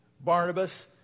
Barnabas